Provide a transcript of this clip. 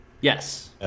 Yes